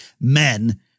men